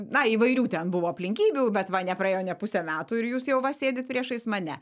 na įvairių ten buvo aplinkybių bet va nepraėjo nė puse metų ir jūs jau va sėdit priešais mane